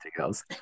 else